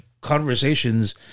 conversations